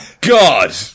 god